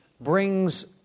brings